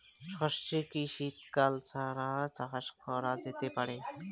সর্ষে কি শীত কাল ছাড়া চাষ করা যেতে পারে?